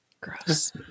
Gross